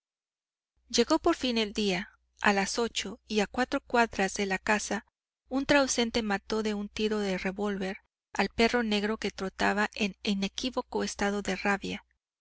llegó por fin el día a las ocho y a cuatro cuadras de casa un transeunte mató de un tiro de revólver al perro negro que trotaba en inequívoco estado de rabia